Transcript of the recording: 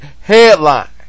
headline